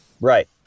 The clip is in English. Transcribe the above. right